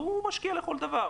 והוא משקיע לכל דבר.